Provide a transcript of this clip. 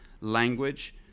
language